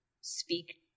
speak